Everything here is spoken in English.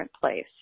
place